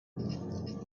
opened